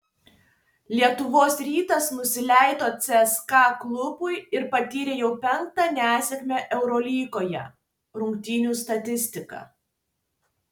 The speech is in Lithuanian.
lietuvos rytas nusileido cska klubui ir patyrė jau penktą nesėkmę eurolygoje rungtynių statistika